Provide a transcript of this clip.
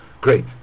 great